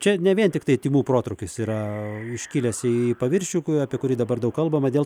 čia ne vien tiktai tymų protrūkis yra iškilęs į paviršių apie kurį dabar daug kalbama dėl